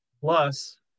plus